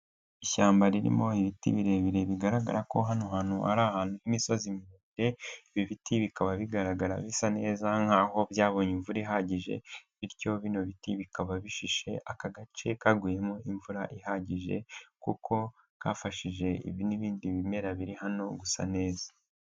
Ishyamba ririmo ibiti birebire bigaragara ko hano hantu hari'imisozi miremire, ibi biti bikaba bigaragara bisa neza nk'aho byabonye imvura ihagije, bityo bino biti bikaba bishishe aka gace kaguyemo imvura ihagije kuko kafashije ibi n'ibindi bimera biri hano gusa neza.